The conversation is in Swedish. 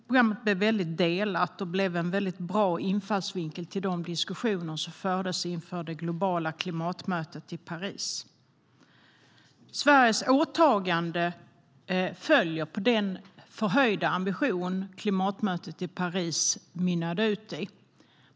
Programmet delades mycket och utgjorde en väldigt bra infallsvinkel till de diskussioner som fördes inför det globala klimatmötet i Paris. Sveriges åtagande följer den förhöjda ambition som klimatmötet mynnade ut i.